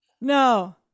No